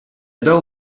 дал